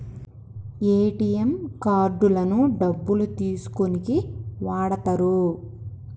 ATM కార్డులను డబ్బులు తీసుకోనీకి వాడతరు